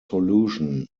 solution